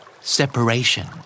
Separation